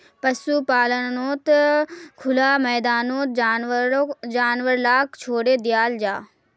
पशुपाल्नोत खुला मैदानोत जानवर लाक छोड़े दियाल जाहा